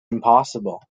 impossible